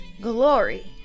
glory